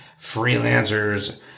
freelancers